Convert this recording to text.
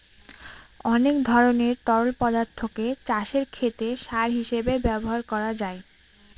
অনেক ধরনের তরল পদার্থকে চাষের ক্ষেতে সার হিসেবে ব্যবহার করা যায়